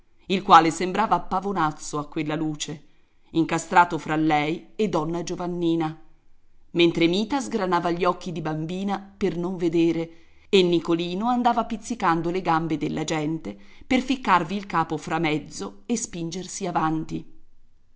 il quale sembrava pavonazzo a quella luce incastrato fra lei e donna giovannina mentre mita sgranava gli occhi di bambina per non vedere e nicolino andava pizzicando le gambe della gente per ficcarvi il capo framezzo e spingersi avanti